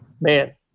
man